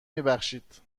میبخشید